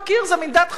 זה מין דת חדשה.